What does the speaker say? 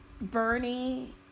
Bernie